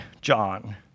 John